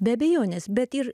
be abejonės bet ir